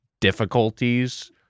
difficulties